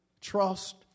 trust